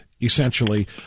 essentially